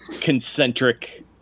concentric